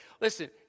Listen